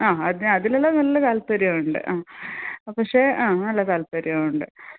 ആ അതിന് അതിലെല്ലാം നല്ല താല്പര്യമുണ്ട് ആ പക്ഷേ ആ നല്ല താല്പര്യമുണ്ട്